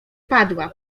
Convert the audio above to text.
padła